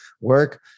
work